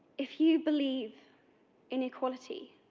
if you believe in equality,